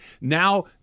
now